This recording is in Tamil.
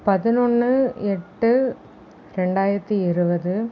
பதினொன்று எட்டு ரெண்டாயிரத்து இருபது